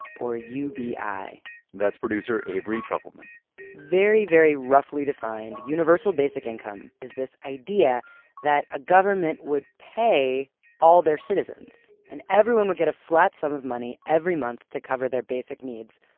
or ubi that's producer avery trufelman very, very roughly defined, universal basic income is this idea that a government would pay all their citizens. and everyone would get a flat sum of money every month to cover their basic needs,